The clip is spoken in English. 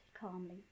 calmly